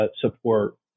support